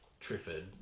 Triffid